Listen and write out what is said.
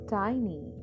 tiny